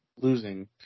losing